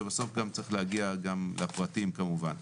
ובסוף גם צריך להגיע לפרטים כמובן.